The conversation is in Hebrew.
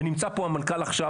ונמצא פה המנכ"ל עכשיו,